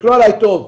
תסתכלו עלי טוב.